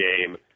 game